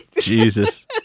jesus